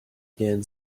again